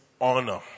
honor